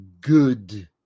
good